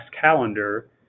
calendar